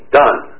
done